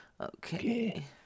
Okay